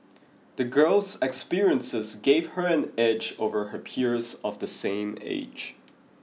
the girl's experiences gave her an edge over her peers of the same age